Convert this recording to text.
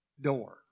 door